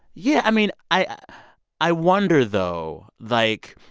yeah i mean, i i wonder, though, like,